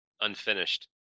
unfinished